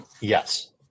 Yes